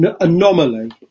anomaly